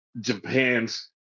Japan's